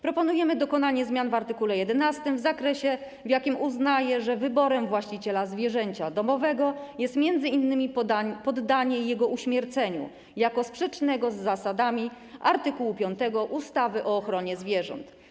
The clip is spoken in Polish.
Proponujemy dokonanie zmian w art. 11 - w zakresie, w którym uznaje się, że wyborem właściciela zwierzęcia domowego jest m.in. poddanie go uśmierceniu - jako sprzecznym z zasadami art. 5 ustawy o ochronie zwierząt.